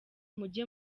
mujye